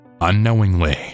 Unknowingly